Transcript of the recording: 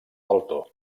alto